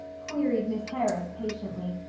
queried miss harris patiently.